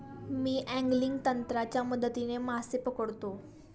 मी angling तंत्राच्या मदतीने मासे पकडतो